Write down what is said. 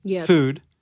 food